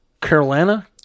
Carolina